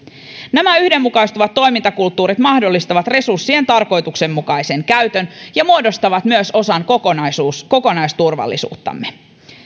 nämä yhdenmukaistuvat toimintakulttuurit mahdollistavat resurssien tarkoituksenmukaisen käytön ja muodostavat myös osan kokonaisturvallisuuttamme